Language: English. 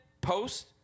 post